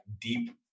deep